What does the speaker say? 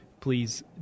Please